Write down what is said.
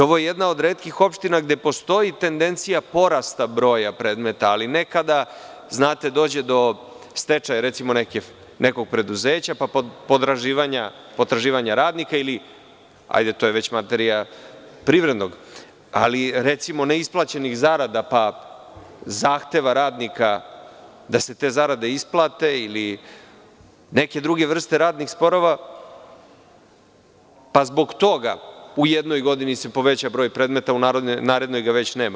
Ovo je jedna od retkih opština gde postoji tendencija porasta broja predmeta, ali nekada dođe do stečaja nekog preduzeća, pa potraživanja radnika, ali to je već materija privrednog, ali recimo neisplaćenih zarada, pa zahteva radnika da se te zarade isplate ili neke druge vrste radnih sporova, pa zbog toga u jednoj godini se poveća broj predmeta, a u narednoj ih već nema.